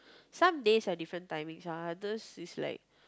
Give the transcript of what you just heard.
some days are different timings o~ others is like